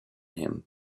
him